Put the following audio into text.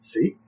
See